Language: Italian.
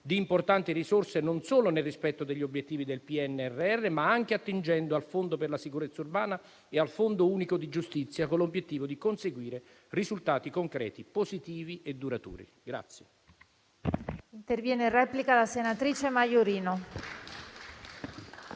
di importanti risorse, non solo nel rispetto degli obiettivi del PNRR, ma anche attingendo al Fondo di sicurezza urbana e al Fondo unico di giustizia, con l'obiettivo di conseguire risultati concreti, positivi e duraturi.